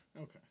Okay